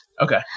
Okay